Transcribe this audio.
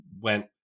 went